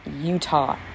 Utah